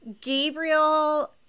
Gabriel